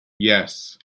yes